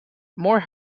more